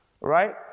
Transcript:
right